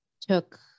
took